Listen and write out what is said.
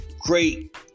great